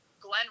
Glenn